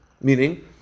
meaning